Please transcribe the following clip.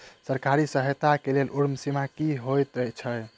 सरकारी सहायता केँ लेल उम्र सीमा की हएत छई?